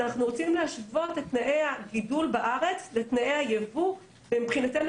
אנחנו רוצים להשוות את תנאי הגידול בארץ לתנאי הייבוא ומבחינתנו,